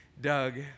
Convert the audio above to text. Doug